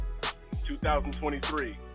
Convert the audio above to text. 2023